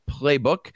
playbook